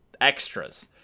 extras